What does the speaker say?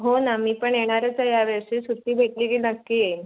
हो ना मी पण येणारच आहे या वर्षी सुट्टी भेटली की नक्की येईन